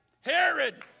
Herod